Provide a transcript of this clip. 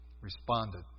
Responded